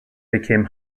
became